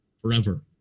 forever